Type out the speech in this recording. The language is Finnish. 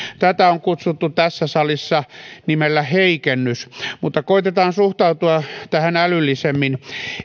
tätä on kutsuttu tässä salissa nimellä heikennys mutta koetetaan suhtautua tähän älyllisemmin